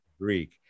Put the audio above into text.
Greek